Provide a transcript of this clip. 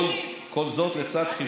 כל זאת לצד, אז מה זה עוזר שיש תוכנית?